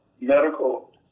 medical